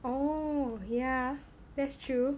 oh yeah that's true